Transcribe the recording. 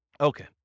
Okay